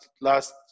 last